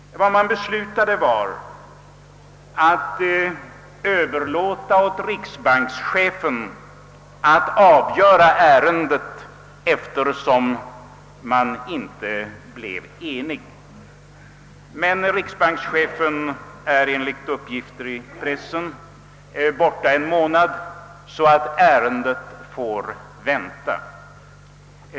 Vad fullmäktige beslutade var att överlåta åt riksbankschefen att avgöra ärendet — detta eftersom fullmäktige inte blev eniga. Men riksbankschefen är enligt uppgift i pressen borta en månad, så ärendet får vänta!